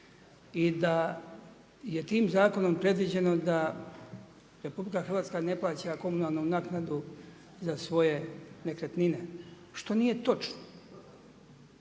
I da je tim zakonom predviđeno da RH ne plaća komunalnu naknadu za svoje nekretnine, što nije točno.